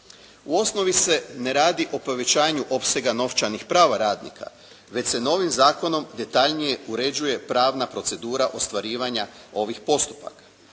U osnovi se ne radi o povećanju opsega novčanih prava radnika već se novim zakonom detaljnije uređuje pravna procedura ostvarivanja ovih postupaka,